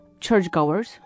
churchgoers